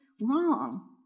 wrong